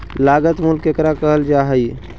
लागत मूल्य केकरा कहल जा हइ?